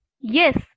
Yes